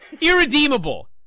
irredeemable